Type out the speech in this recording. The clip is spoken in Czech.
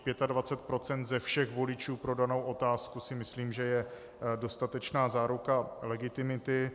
Pětadvacet procent ze všech voličů pro danou otázku si myslím, že je dostatečná záruka legitimity.